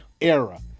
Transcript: era